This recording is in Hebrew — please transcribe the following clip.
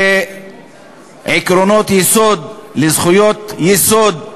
לעקרונות יסוד, לזכויות יסוד.